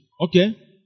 Okay